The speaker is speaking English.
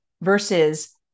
versus